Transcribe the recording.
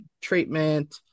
treatment